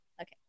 Okay